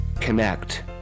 connect